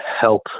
help